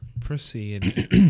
proceed